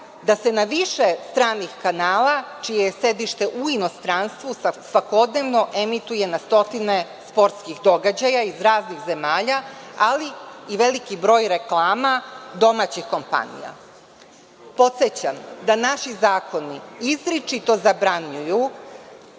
da se na više stranih kanala, čije je sedište u inostranstvu, svakodnevno emituje na stotine sportskih događaja iz raznih zemalja, ali i veliki broj reklama domaćih kompanija. Podsećam da naši zakoni izričito zabranjuju